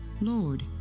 Lord